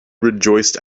rejoiced